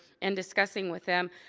and discussing with them.